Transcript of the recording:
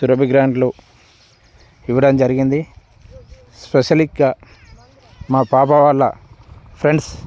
సురభి గ్రాండ్లో ఇవ్వడం జరిగింది స్పెషల్గా మా పాప వాళ్ళ ఫ్రెండ్స్